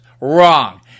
Wrong